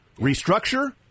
restructure